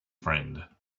friend